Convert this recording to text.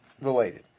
related